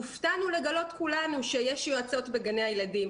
הופתענו לגלות כולנו שיש יועצות בגני הילדים.